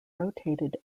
rotated